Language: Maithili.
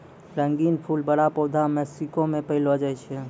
रंगीन फूल बड़ा पौधा मेक्सिको मे पैलो जाय छै